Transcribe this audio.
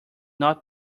not